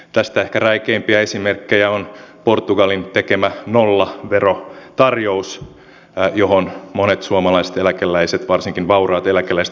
tästä ehkä räikeimpiä esimerkkejä on portugalin tekemä nollaverotarjous johon monet suomalaiset eläkeläiset varsinkin vauraat eläkeläiset ovatkin halunneet tarttua